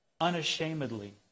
unashamedly